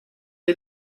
est